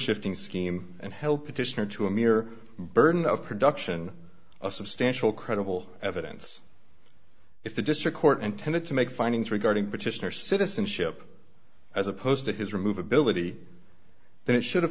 shifting scheme and help petitioner to a mere burden of production of substantial credible evidence if the district court intended to make findings regarding petitioner citizenship as opposed to his remove ability that it should have